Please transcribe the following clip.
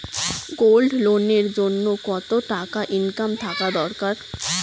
Gold loan এর জইন্যে কতো টাকা ইনকাম থাকা দরকার?